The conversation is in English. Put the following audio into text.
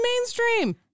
mainstream